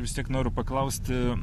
vis tiek noriu paklausti